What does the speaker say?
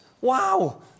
Wow